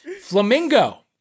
Flamingo